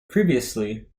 previously